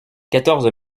quatorze